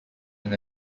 than